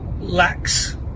lacks